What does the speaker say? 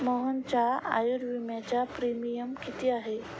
मोहनच्या आयुर्विम्याचा प्रीमियम किती आहे?